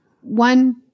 one